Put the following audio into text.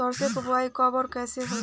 सरसो के बोआई कब और कैसे होला?